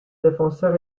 défenseur